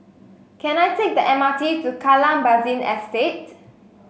can I take the M R T to Kallang Basin Estate